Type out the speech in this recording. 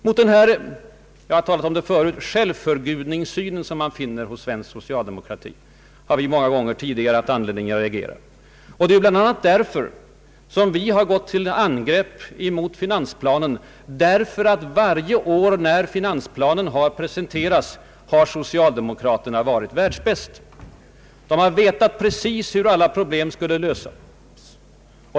Mot den självförgudningssyn — jag har talat om den tidigare — som man finner hos svensk socialdemokrati har vi många gånger tidigare haft anledning att reagera. Det är bl.a. därför som vi gått till angrepp mot finansplanen, ty varje år när finansplanen presenterats har socialdemokraterna varit ”världsbäst”. De har vetat precis hur alla problem skulle lösas.